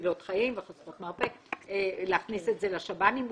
מצילות חיים וחשוכות מרפא, להכניס את זה לשב"נים?